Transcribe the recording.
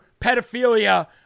pedophilia